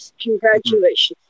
Congratulations